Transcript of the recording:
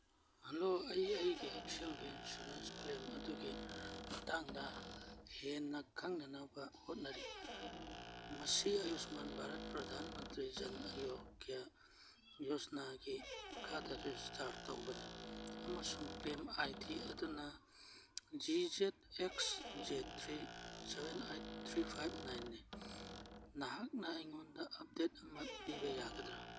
hello ꯑꯩ ꯑꯩꯒꯤ ꯍꯛꯁꯦꯜꯒꯤ ꯏꯟꯁꯨꯔꯦꯟꯁ ꯀ꯭ꯂꯦꯝ ꯑꯗꯨꯒꯤ ꯈꯨꯊꯥꯡꯗ ꯍꯦꯟꯅ ꯈꯪꯅꯅꯕ ꯍꯣꯠꯅꯔꯤ ꯃꯁꯤ ꯑꯌꯨꯁꯃꯥꯟ ꯚꯥꯔꯠ ꯄ꯭ꯔꯙꯥꯟ ꯃꯟꯇ꯭ꯔꯤ ꯖꯟ ꯑꯌꯣꯒ꯭ꯌꯥ ꯌꯣꯖꯅꯥꯒꯤ ꯃꯈꯥꯗ ꯔꯦꯁꯇꯥꯔ ꯇꯧꯕꯅꯤ ꯑꯃꯁꯨꯡ ꯀ꯭ꯂꯦꯝ ꯑꯥꯏ ꯗꯤ ꯑꯗꯨꯅ G Z X J three seven eight three five ꯅꯥꯏꯟꯅꯤ ꯅꯍꯥꯛꯅ ꯑꯩꯉꯣꯟꯗ ꯑꯞꯗꯦꯠ ꯑꯃ ꯄꯤꯕ ꯌꯥꯒꯗ꯭ꯔ